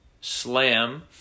slam